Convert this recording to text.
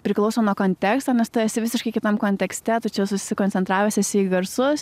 priklauso nuo konteksto nes tu esi visiškai kitam kontekste tačiau susikoncentravęs esi į garsus